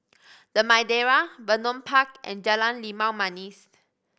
The Madeira Vernon Park and Jalan Limau Manis